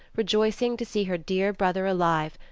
rejoicing to see her dear brother alive,